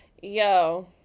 Yo